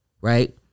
right